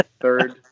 third